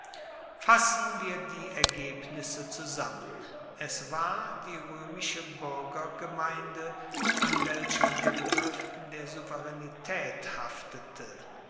fassen wir die ergebnisse zusammen es war die roemische buergergemeinde an welcher der begriff der souveraenitaet haftete